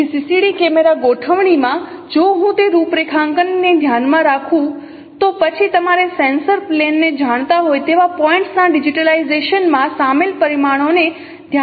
તેથી CCD camera ગોઠવણીમાં જો હું તે રૂપરેખાંકનને ધ્યાનમાં રાખું તો પછી તમારે સેન્સર પ્લેનને જાણતા હોય તેવા પોઇન્ટ્સ ના ડિજિટાઇઝેશન માં સામેલ પરિમાણોને ધ્યાનમાં લેવાની પણ જરૂર છે